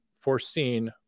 foreseen